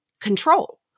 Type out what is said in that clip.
control